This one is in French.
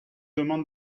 demande